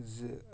زٕ